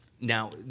Now